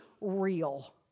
real